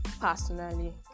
personally